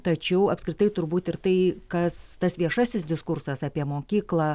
tačiau apskritai turbūt ir tai kas tas viešasis diskursas apie mokyklą